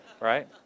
right